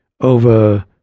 over